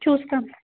చూస్తాం